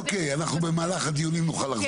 אוקיי, אנחנו במהלך הדיונים נוכל לחזור לזה.